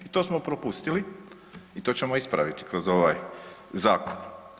I to smo propustili i to ćemo ispraviti kroz ovaj zakon.